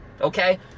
okay